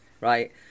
Right